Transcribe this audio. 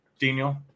Daniel